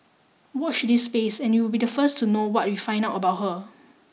watch this space and you'll be the first to know what we find out about her